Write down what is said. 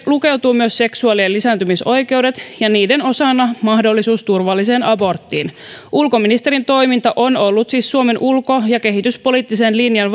lukeutuu myös seksuaali ja lisääntymisoikeudet ja niiden osana mahdollisuus turvalliseen aborttiin ulkoministerin toiminta on ollut siis suomen ulko ja kehityspoliittisen linjan